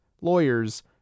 lawyers